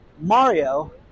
Mario